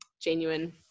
genuine